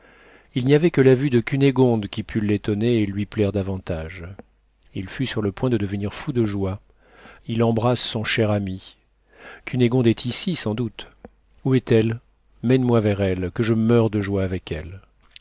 il n'y avait que la vue de cunégonde qui pût l'étonner et lui plaire davantage il fut sur le point de devenir fou de joie il embrasse son cher ami cunégonde est ici sans doute où est-elle mène-moi vers elle que je meure de joie avec elle